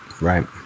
Right